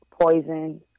Poison